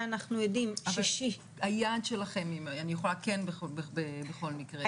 אבל היעד שלכם אם אני יכולה כן בכל מקרה?